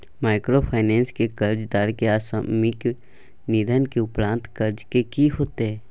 Microfinance के कर्जदार के असामयिक निधन के उपरांत कर्ज के की होतै?